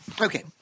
Okay